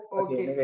okay